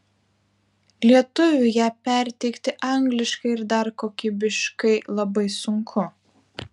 lietuviui ją perteikti angliškai ir dar kokybiškai labai sunku